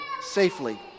safely